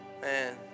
Man